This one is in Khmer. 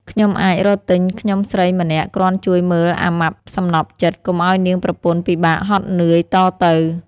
ខ្ញុំអាចរកទិញខ្ញុំស្រីម្នាក់គ្រាន់ជួយមើលអាម៉ាប់សំណព្វចិត្ត កុំឱ្យនាងប្រពន្ធពិបាកហត់នឿយ តទៅ។